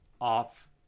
off